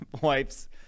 wipes